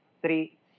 three